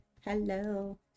Hello